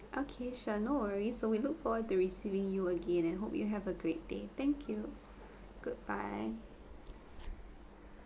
okay sure no worries so we look forward to receiving you again and hope you have a great day thank you goodbye